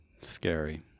scary